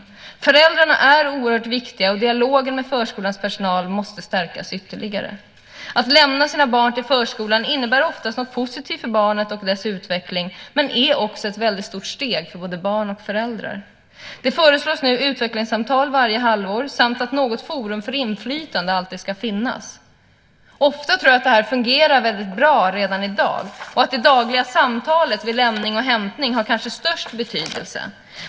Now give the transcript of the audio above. Föräldrarna är oerhört viktiga, och dialogen med förskolans personal måste stärkas ytterligare. Att lämna sina barn till förskolan innebär oftast något positivt för barnet och dess utveckling, men det är också ett stort steg för både barn och föräldrar. Nu föreslås utvecklingssamtal varje halvår samt att det alltid ska finnas något forum för inflytande. Ofta tror jag att detta redan i dag fungerar bra och att det dagliga samtalet vid lämning och hämtning kanske har den största betydelsen.